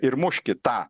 ir muškit tą